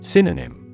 Synonym